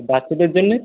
বাচ্চাদের জন্যে